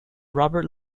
robert